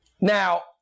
Now